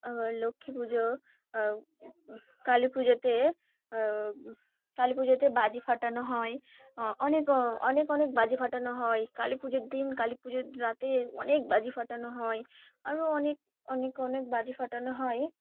আবার লক্ষ্মী পুজো কালী পুজোতে কালী পুজোতে বাজি ফাটানো হয় অনেক অনেক অনেক বাজি ফাটানো হয় কালী পুজোর দিন কালী পুজোর রাতে অনেক বাজি ফাটানো হয় আরও অনেক অনেক অনেক বাজি ফাটানো হয়